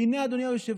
והינה, אדוני היושב-ראש,